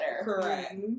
Correct